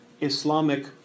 Islamic